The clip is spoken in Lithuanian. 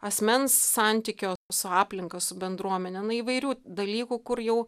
asmens santykio su aplinka su bendruomene įvairių dalykų kur jau